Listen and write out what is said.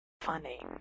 funny